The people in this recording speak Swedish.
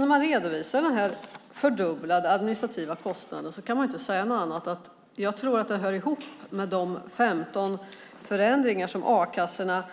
När man redovisar fördubblade administrativa kostnader kan jag inte säga något annat än att jag tror att det hör ihop med de 15 förändringar som a-kassorna